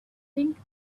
think